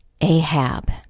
Ahab